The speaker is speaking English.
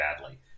badly